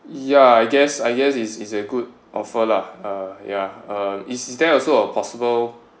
ya I guess I guess is is a good offer lah uh ya uh is there also a possible